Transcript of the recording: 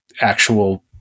actual